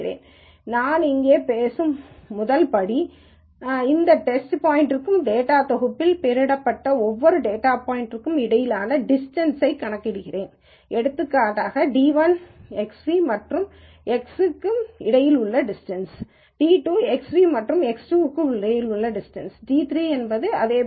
எனவே நாம் இங்கு பேசும் முதல் படிகாண்கிறோமா இந்த புதிய டெஸ்ட் பாயிண்ட்க்கும் டேட்டாத் தொகுப்பில் பெயரிடப்பட்ட ஒவ்வொரு டேட்டா பாய்ன்ட்களுக்கும் இடையிலான டிஸ்டன்ஸைக் கணக்கு இடுகிறேன் எடுத்துக்காட்டாகd1 Xν மற்றும் Xக்கு இடையில் உள்ள டிஸ்டன்ஸ் d2 Xν மற்றும் X2 க்கு இடையில் உள்ள டிஸ்டன்ஸ் d3 மற்றும் பல மற்றும் டிஎல்